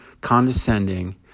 condescending